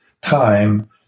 time